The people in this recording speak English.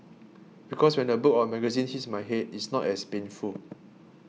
because when a book or a magazine hits my head it's not as painful